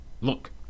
look